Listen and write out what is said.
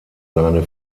seine